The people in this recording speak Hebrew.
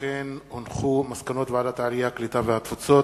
מסקנות ועדת העלייה, הקליטה והתפוצות,